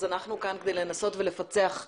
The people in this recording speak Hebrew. אז אנחנו כאן כדי לנסות ולפצח למה.